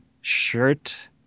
shirt